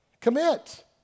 Commit